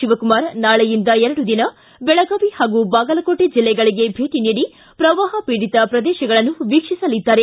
ಶಿವಕುಮಾರ್ ನಾಳೆಯಿಂದ ಎರಡು ದಿನ ಬೆಳಗಾವಿ ಹಾಗೂ ಬಾಗಲಕೋಟೆ ಜಿಲ್ಲೆಗಳಿಗೆ ಭೇಟಿ ನೀಡಿ ಪ್ರವಾಹ ಪೀಡಿತ ಪ್ರದೇಶಗಳನ್ನು ವೀಕ್ಷಿಸಲಿದ್ದಾರೆ